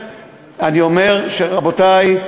רבותי,